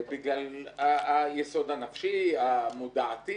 בגלל היסוד הנפשי, המודעות.